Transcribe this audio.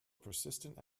persistent